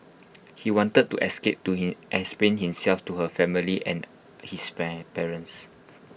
he wanted to escape to him explain himself to her family and his parents